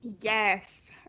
yes